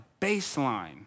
baseline